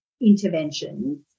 interventions